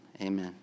Amen